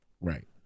Right